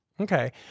Okay